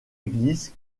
église